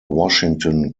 washington